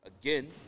again